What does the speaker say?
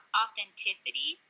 authenticity